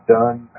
done